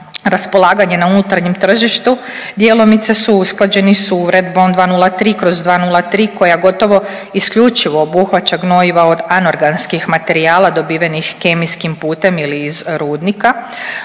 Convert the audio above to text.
raspolaganje na unutarnjem tržištu djelomice su usklađeni sa Uredbom 203/203 koja gotovo isključivo obuhvaća gnojiva od anorganskih materijala dobivenih kemijskim putem ili iz rudnika.